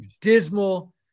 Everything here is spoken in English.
dismal